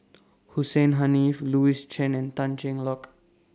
Hussein Haniff Louis Chen and Tan Cheng Lock